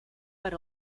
per